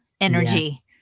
energy